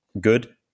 good